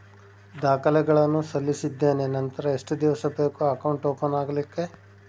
ದಾಖಲೆಗಳನ್ನು ಸಲ್ಲಿಸಿದ್ದೇನೆ ನಂತರ ಎಷ್ಟು ದಿವಸ ಬೇಕು ಅಕೌಂಟ್ ಓಪನ್ ಆಗಲಿಕ್ಕೆ?